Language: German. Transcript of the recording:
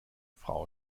frau